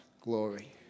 glory